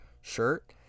shirt